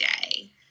day